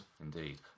indeed